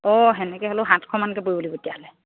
অঁ তেনেকৈ হ'লেও সাতশমানকৈ পৰিব লাগিব তেতিয়াহ'লে